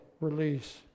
release